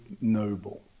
noble